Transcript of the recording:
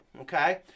okay